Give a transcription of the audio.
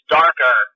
darker